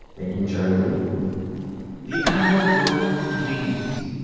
made in germany the amber wood gleams.